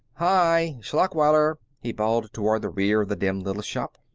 hi! schlachweiler! he bawled toward the rear of the dim little shop.